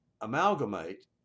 amalgamate